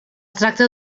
tracta